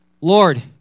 Lord